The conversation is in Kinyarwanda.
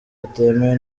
butemewe